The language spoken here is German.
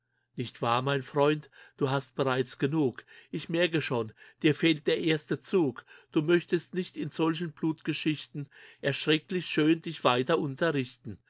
nicht war mein freund du hast bereits genug ich merke schon dir fehlt der erste zug du möchtest nicht in solchen blutgeschichten erschrecklich schön dich weiter unterrichten